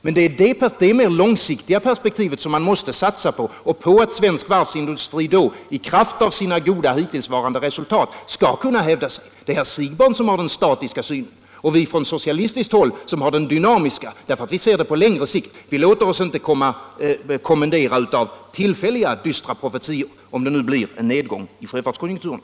Men det är det långsiktiga perspektivet som man måste satsa på och få en svensk varvsindustri som i kraft av sina goda resultat skall kunna hävda sig. Det är herr Siegbahn som har den statiska synen och vi från socialistiskt håll som har den dynamiska, därför att vi ser på längre sikt. Vi låter oss inte kommenderas av tillfälliga dystra profetior om en nedgång i sjöfartskonjunkturen.